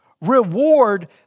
reward